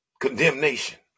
Condemnation